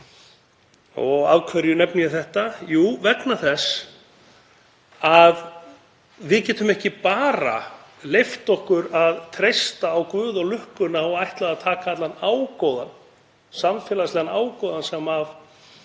Af hverju nefni ég þetta? Jú, vegna þess að við getum ekki bara leyft okkur að treysta á guð og lukkuna og ætla að taka allan samfélagslegan ágóða sem af